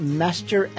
master